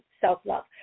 self-love